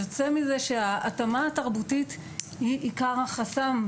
יוצא מזה שההתאמה התרבותית היא עיקר החסם,